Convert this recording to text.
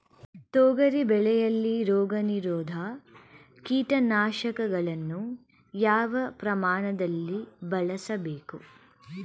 ತೊಗರಿ ಬೆಳೆಯಲ್ಲಿ ರೋಗನಿರೋಧ ಕೀಟನಾಶಕಗಳನ್ನು ಯಾವ ಪ್ರಮಾಣದಲ್ಲಿ ಬಳಸಬೇಕು?